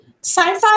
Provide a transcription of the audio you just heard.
Sci-fi